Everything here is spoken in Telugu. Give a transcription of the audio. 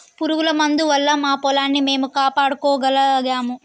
పురుగుల మందు వల్ల మా పొలాన్ని మేము కాపాడుకోగలిగాము